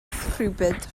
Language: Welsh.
rhywbryd